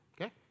Okay